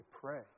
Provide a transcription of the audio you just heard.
pray